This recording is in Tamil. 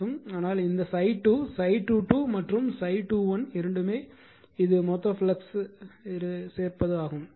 ஆனால் இந்த ∅2 ∅22 மற்றும் ∅21இரண்டுமே இது மொத்த ஃப்ளக்ஸ் ஆகும்